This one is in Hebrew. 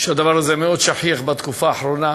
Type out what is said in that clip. והדבר הזה מאוד שכיח בתקופה האחרונה.